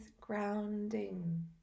grounding